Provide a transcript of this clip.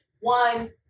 one